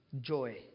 joy